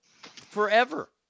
forever